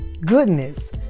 goodness